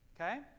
okay